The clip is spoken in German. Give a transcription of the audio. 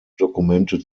dokumente